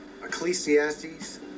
Ecclesiastes